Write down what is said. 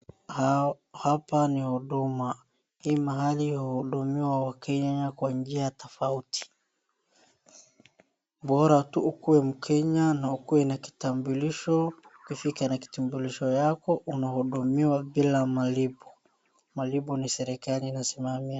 Hapa ni huduma. Hii mahali uhudumiwa wakenya kwa njia tofauti bora tu ukue mkenya na ukue na kitambulisho. Ukifika na kitambulisho yako unahudumiwa bila malipo. Malipo ni serikali inasimamia.